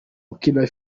ukina